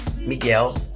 Miguel